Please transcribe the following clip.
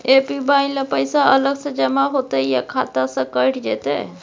APY ल पैसा अलग स जमा होतै या खाता स कैट जेतै?